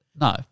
No